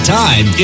time